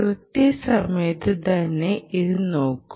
കൃത്യസമയത്ത് തന്നെ ഇത് നോക്കൂ